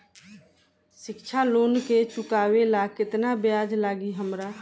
शिक्षा लोन के चुकावेला केतना ब्याज लागि हमरा?